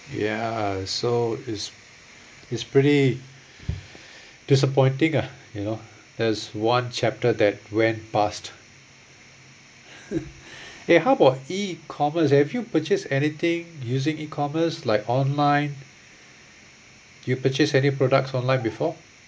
ya so it's it's pretty disappointing ah you know there's one chapter that went past eh how about e-commerce have you purchase anything using e-commerce like online you purchase any products online before